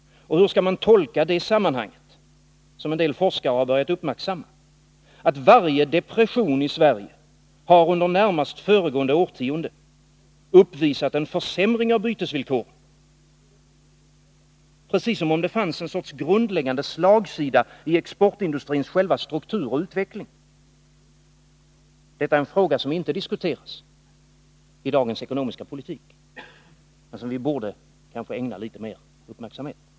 Och hur skall man tolka det sammanhanget, som en del forskare har börjat uppmärksamma, att varje depression i Sverige under närmaste föregående årtionde har uppvisat en försämring av bytesvillkoren, precis som om det fanns en sorts grundläggande slagsida i exportindustrins själva struktur och utveckling? Detta är en fråga som inte diskuteras i dagens ekonomiska politik men som vi kanske borde ägna litet mer uppmärksamhet.